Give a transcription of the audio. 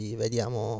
vediamo